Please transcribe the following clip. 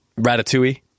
Ratatouille